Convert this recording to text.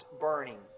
burning